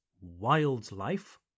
wildlife